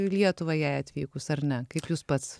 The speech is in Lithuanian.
į lietuvą jai atvykus ar ne kaip jūs pats